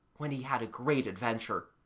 when he had a great adventure.